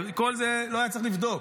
ואת כל זה לא היה צריך לבדוק,